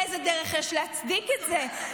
איזה דרך יש להצדיק את זה?